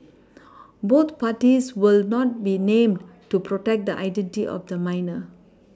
both parties will not be named to protect the identity of the minor